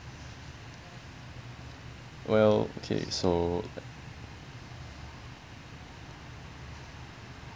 well okay so